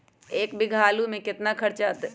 एक बीघा आलू में केतना खर्चा अतै?